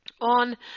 on